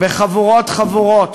חבורות-חבורות,